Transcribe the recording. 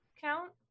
count